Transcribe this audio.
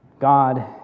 God